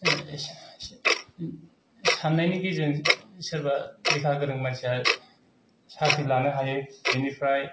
साननायनि गेजेरजों सोरबा लेखा गोरों मानसिआ साख्रि लानो हायो बिनिफ्राय